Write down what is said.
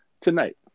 tonight